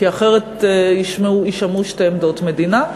כי אחרת יישמעו שתי עמדות מדינה.